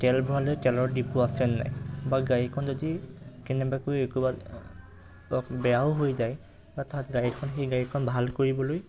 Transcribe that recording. তেল ভৰালে তেলৰ ডিপু আছেনে নাই বা গাড়ীখন যদি কেনেবাকৈ ক'ৰবাত বেয়াও হৈ যায় বা তাত গাড়ীখন সেই গাড়ীখন ভাল কৰিবলৈ